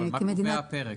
מה קובע הפרק?